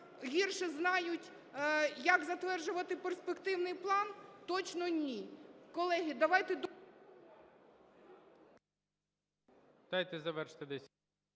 гірше знають, як затверджувати перспективний план? Точно – ні.